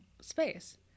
space